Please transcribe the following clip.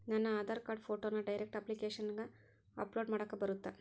ನನ್ನ ಆಧಾರ್ ಕಾರ್ಡ್ ಫೋಟೋನ ಡೈರೆಕ್ಟ್ ಅಪ್ಲಿಕೇಶನಗ ಅಪ್ಲೋಡ್ ಮಾಡಾಕ ಬರುತ್ತಾ?